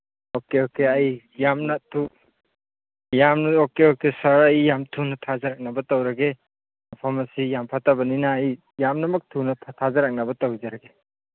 okay okay ꯑꯩ ꯌꯥꯝꯅ ꯌꯥꯝꯅ ꯑꯣꯀꯦ ꯑꯣꯀꯦ ꯁꯥꯔ ꯑꯩ ꯌꯥꯝ ꯊꯨꯅ ꯊꯥꯖꯔꯛꯅꯕ ꯇꯧꯔꯒꯦ ꯃꯐꯝ ꯑꯁꯤ ꯌꯥꯝ ꯐꯠꯇꯕꯅꯤꯅ ꯑꯩ ꯌꯥꯝꯅꯃꯛ ꯊꯨꯅ ꯊꯥꯖꯔꯛꯅꯕ ꯇꯧꯖꯔꯒꯦ